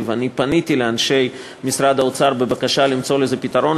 פניתי לאנשי משרד האוצר בבקשה למצוא לזה פתרון,